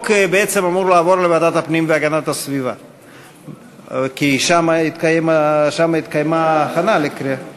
בעד הצביעו 18, היה מתנגד אחד, לא היו נמנעים.